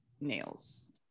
nails